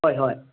ꯍꯣꯏ ꯍꯣꯏ